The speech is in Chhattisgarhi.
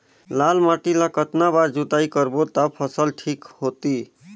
लाल माटी ला कतना बार जुताई करबो ता फसल ठीक होती?